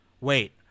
Wait